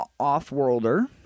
Offworlder